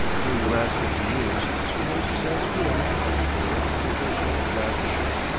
during the last fifty years sir moses has been, as it were, a professional philanthropist.